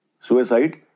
suicide